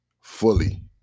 fully